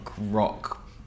rock